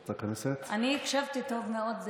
אני הקשבתי טוב מאוד,